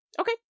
okay